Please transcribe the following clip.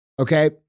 Okay